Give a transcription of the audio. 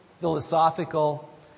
philosophical